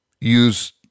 use